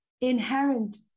inherent